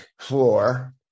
floor